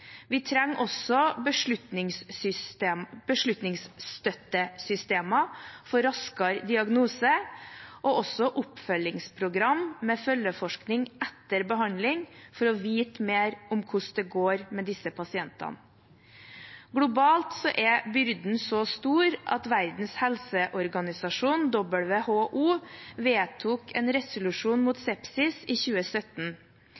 Vi trenger også beslutningsstøttesystemer for raskere diagnose og oppfølgingsprogram med følgeforskning etter behandling for å vite mer om hvordan det går med disse pasientene. Globalt er byrden så stor at Verdens helseorganisasjon, WHO, vedtok en resolusjon mot